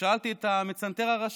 ושאלתי את המצנתר הראשי,